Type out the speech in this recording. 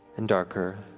and darker,